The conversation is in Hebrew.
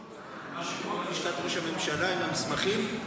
על מה שקורה בלשכת ראש הממשלה עם המסמכים?